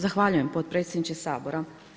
Zahvaljujem potpredsjedniče Sabora.